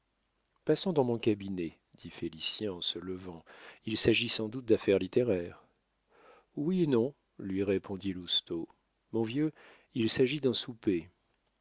passons dans mon cabinet dit félicien en se levant il s'agit sans doute d'affaires littéraires oui et non lui répondit lousteau mon vieux il s'agit d'un